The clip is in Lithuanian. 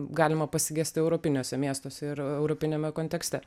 galima pasigesti europiniuose miestuose ir europiniame kontekste